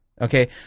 Okay